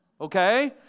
okay